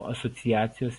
asociacijos